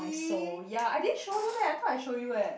so ya I didn't show you meh I thought I show you eh